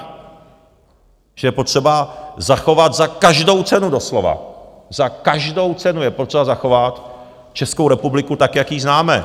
Že je potřeba zachovat za každou cenu doslova, za každou cenu je potřeba zachovat Českou republiku tak, jak jí známe.